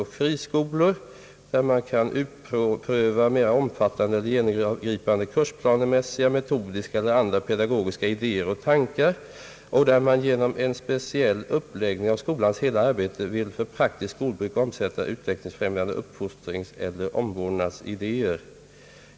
och friskolor, där man kan utpröva mera omfattande eller genompripande kursplanemässiga, metodiska eller andra pedagogiska idéer och tankar och där man genom en speciell uppläggning av skolans hela arbete vill för praktiskt skolbruk omsätta = utvecklingsfrämjande uppfostringseller omvårdnadsidéer.